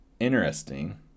interesting